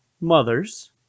mothers